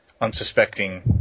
unsuspecting